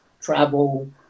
Travel